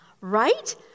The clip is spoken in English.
right